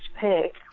pick